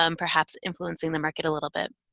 um perhaps influencing the market a little bit.